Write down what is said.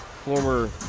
former